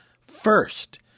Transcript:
first